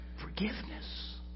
Forgiveness